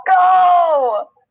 go